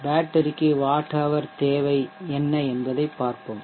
பேட்டரிக்கு watt hour தேவை என்ன என்பதைப் பார்ப்போம்